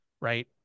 Right